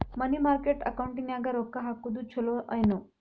ಮನಿ market ಅಕೌಂಟಿನ್ಯಾಗ ರೊಕ್ಕ ಹಾಕುದು ಚುಲೊ ಏನು